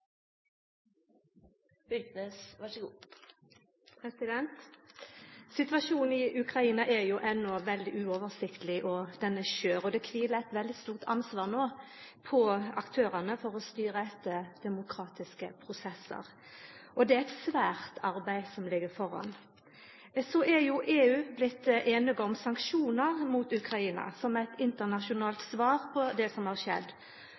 det kviler eit veldig stort ansvar på aktørane no for å styra etter demokratiske prinsipp. Det er eit svært arbeid som ligg framføre. Men så er jo EU blitt einige om sanksjonar mot Ukraina som eit internasjonalt svar på det som har skjedd.